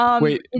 Wait